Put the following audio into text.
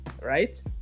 right